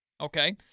Okay